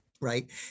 right